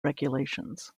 regulations